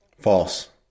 False